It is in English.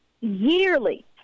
yearly